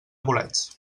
bolets